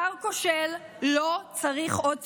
שר כושל לא צריך עוד סמכויות,